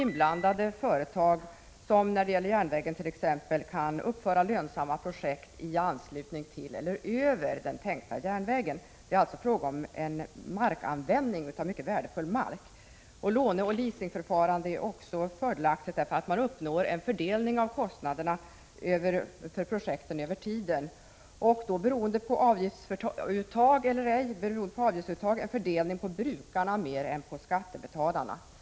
När det gäller snabbförbindelsen kan inblandade företag uppföra lönsamma projekt i anslutning till eller över den tänkta järnvägen. Det är alltså fråga om att få till stånd en så bra användning som möjligt av mycket värdefull mark. Låneeller leasingförfarandet är fördelaktigt också därför att man uppnår en fördelning av kostnaderna för projekten över tiden och, beroende på om avgift tas ut eller ej, en fördelning mer på brukarna än på skattebetalarna.